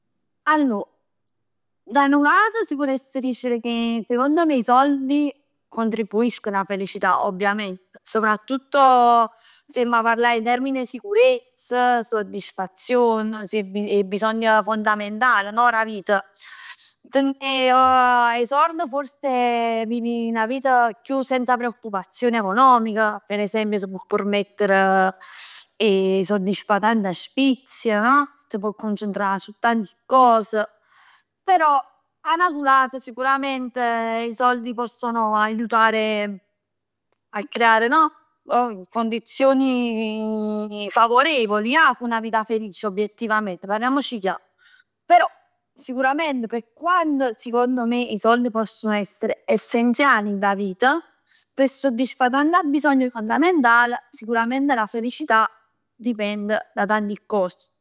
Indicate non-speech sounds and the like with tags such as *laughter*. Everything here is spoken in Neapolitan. Allor, da nu lat s' putess dicere che *hesitation* secondo me i soldi, contribuiscono alla felicità ovviament, soprattutto se amma parlà in termini 'e sicurezz, soddisfazion, 'e bisogn fondamental dà vit. Tenè *hesitation* 'e sord fors viv 'na vita chiù senza preoccupazioni economiche, per esempio t' può permettere *hesitation* 'e soddisfà tanta sfizi no? T' può concentrà su tanti cos, però 'a n'atu lat sicuramente i soldi possono aiutare a creare no? Condizioni *hesitation* favorevoli ja p' 'na vita felice obiettivamente, parliamoci chiaro, però sicurament p' quanto sicondo me 'e sord ponn essere essenziali dint 'a vita, pe soddisfà tanta bisogn fondamental, sicuramente la felicità dipend da tanti cos.